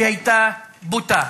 שהיתה בוטה,